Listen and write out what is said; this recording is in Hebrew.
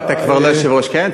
מה, אתה כבר לא יושב-ראש הקרן?